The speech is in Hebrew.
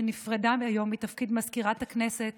שנפרדה היום מתפקיד מזכירת הכנסת